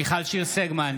מיכל שיר סגמן,